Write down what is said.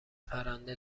پرنده